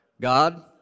God